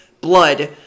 blood